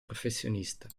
professionista